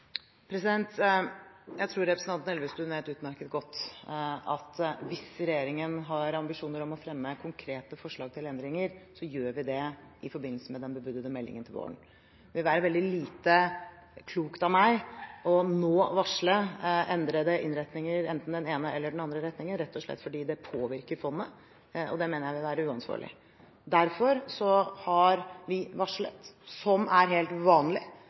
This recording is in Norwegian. Jeg tror representanten Elvestuen vet utmerket godt at hvis regjeringen har ambisjoner om å fremme konkrete forslag til endringer, gjør vi det i forbindelse med den bebudede meldingen til våren. Det vil være veldig lite klokt av meg nå å varsle endrede innretninger enten den ene eller den andre retningen, rett og slett fordi det påvirker fondet, og det mener jeg vil være uansvarlig. Derfor har vi varslet – som er helt vanlig